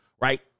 right